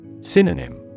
Synonym